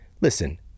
listen